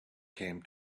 came